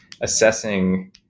assessing